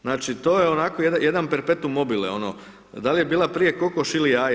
Znači to je onako jedan perpetuum mobile, dal' je bila prije kokoš ili jaje?